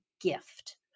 gift